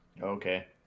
Okay